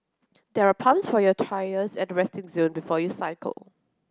there are pumps for your tyres at the resting zone before you cycle